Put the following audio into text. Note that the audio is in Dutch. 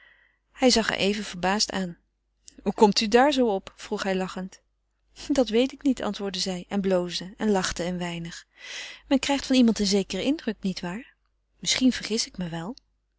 hij zag haar even verbaasd aan hoe komt u daar zoo op vroeg hij lachend dat weet ik niet antwoordde zij en zij bloosde en lachte een weinig men krijgt van iemand een zekeren indruk niet waar misschien vergis ik me wel